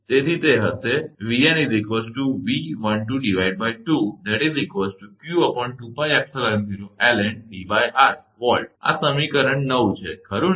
તેથી તે હશે આ સમીકરણ 9 છે ખરું ને